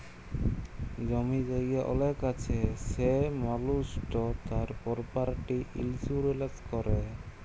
জমি জায়গা অলেক আছে সে মালুসট তার পরপার্টি ইলসুরেলস ক্যরে